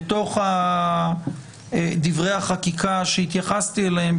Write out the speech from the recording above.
בתוך דברי החקיקה שהתייחסתי אליהם,